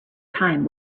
time